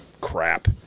crap